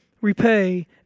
repay